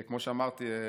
כמו שאמרתי,